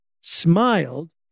smiled